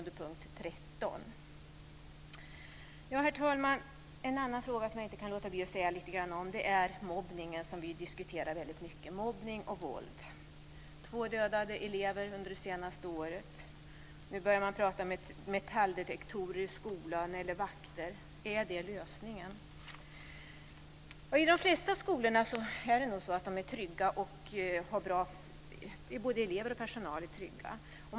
Herr talman! I de flesta skolorna är nog både elever och personal trygga.